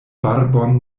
barbon